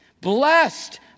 Blessed